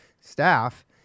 staff